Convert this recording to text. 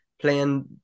playing